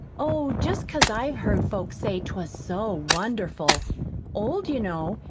oh, just cause i've heard folks say twas so wonderful old, you know,